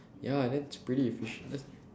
ya and that's pretty efficient